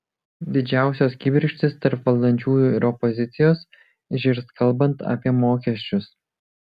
didžiausios kibirkštys tarp valdančiųjų ir opozicijos žirs kalbant apie mokesčius